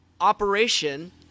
operation